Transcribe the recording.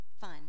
fun